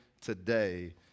today